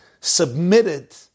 submitted